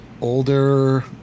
older